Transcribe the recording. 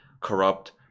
corrupt